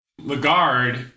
Lagarde